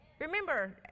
Remember